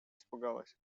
испугалась